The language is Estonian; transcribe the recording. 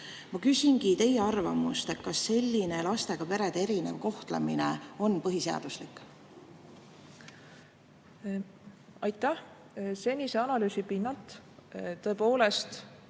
Ma küsingi teie arvamust. Kas selline lastega perede erinev kohtlemine on põhiseaduslik? Aitäh! Senise analüüsi pinnalt tõepoolest